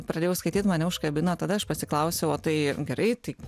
pradėjau skaityt mane užkabino tada aš pasiklausiau o tai gerai tai